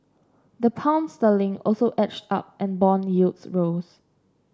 the Pound sterling also edged up and bond yields rose